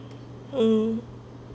mm